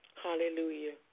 Hallelujah